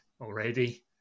already